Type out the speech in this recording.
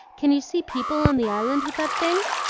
can you see people on the island with that thing?